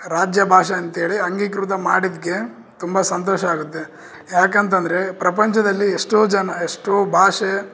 ರಾಜ್ಯ ಭಾಷೆ ಅಂತೇಳಿ ಅಂಗೀಕೃತ ಮಾಡಿದ್ಕೆ ತುಂಬ ಸಂತೋಷ ಆಗುತ್ತೆ ಯಾಕಂತಂದರೆ ಪ್ರಪಂಚದಲ್ಲಿ ಎಷ್ಟೋ ಜನ ಎಷ್ಟೋ ಭಾಷೆ